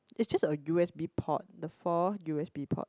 it's just a u_s_b port the four u_s_b ports